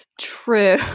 True